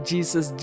Jesus